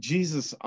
Jesus